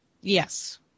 Yes